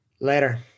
later